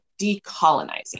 decolonizing